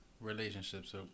Relationships